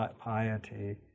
piety